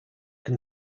can